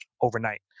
overnight